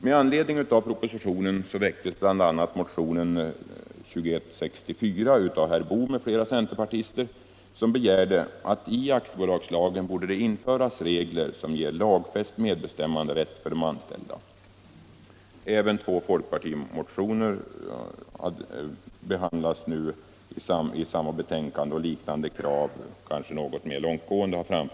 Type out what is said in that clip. Med anledning av propositionen väcktes bl.a. motionen 2164 av herr Boo m.fl. , som begärde att i aktiebolagslagen skulle införas regler som ger lagfäst medbestämmanderätt för de anställda. Även i två folkpartimotioner, som behandlas i samma betänkande, framförs liknande krav, kanske något mer långtgående.